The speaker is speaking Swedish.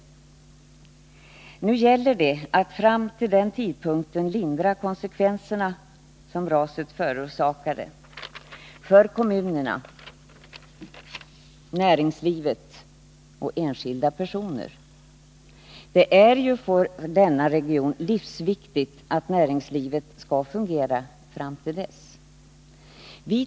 Det gäller att fram till den tidpunkten lindra de skadeverkningar som raset förorsakade för kommunerna, näringslivet och enskilda personer. För den här regionen är det ju livsviktigt att näringslivet fungerar tills den nya bron står färdig.